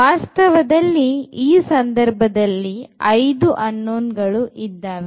ವಾಸ್ತವದಲ್ಲಿ ಈ ಸಂದರ್ಭದಲ್ಲಿ 5 unknown ಗಳು ಇದ್ದಾವೆ